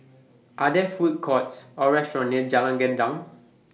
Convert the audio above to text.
Are There Food Courts Or restaurants near Jalan Gendang